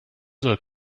soll